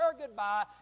goodbye